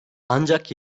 ancak